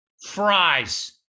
fries